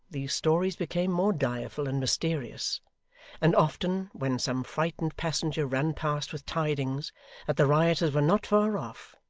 these stories became more direful and mysterious and often, when some frightened passenger ran past with tidings that the rioters were not far off,